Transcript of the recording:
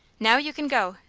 now, you can go!